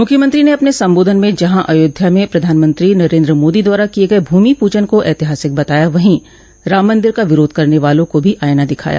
मुख्यमंत्री ने अपने संबोधन में जहां अयोध्या में प्रधानमंत्री नरेन्द्र मोदी द्वारा किये गये भूमि पूजन को ऐतिहासिक बताया वहीं राम मंदिर का विरोध करने वालों को भी आइना दिखाया